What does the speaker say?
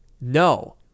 No